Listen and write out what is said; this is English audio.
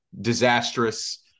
disastrous